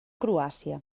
croàcia